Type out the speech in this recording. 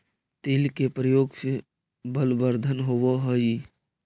तिल के प्रयोग से बलवर्धन होवअ हई